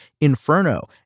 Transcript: Inferno